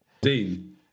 Dean